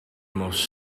most